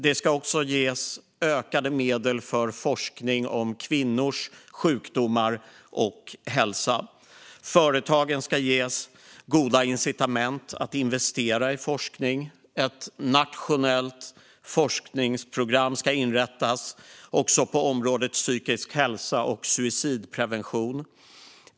Det ska ges ökade medel för forskning om kvinnors sjukdomar och hälsa. Företagen ska ges goda incitament att investera i forskning. Ett nationellt forskningsprogram ska inrättas på området psykisk hälsa och suicidprevention.